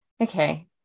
okay